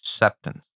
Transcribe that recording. acceptance